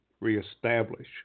reestablish